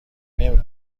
نمی